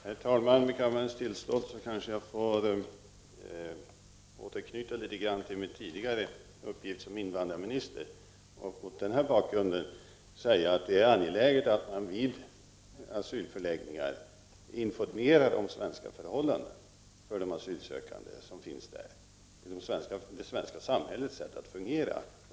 Herr talman! Med kammarens tillstånd kanske jag får återknyta något till min tidigare uppgift som invandrarminister och säga att det är angeläget att man vid asylförläggningar informerar de asylsökande om svenska förhållanden och det svenska samhällets sätt att fungera.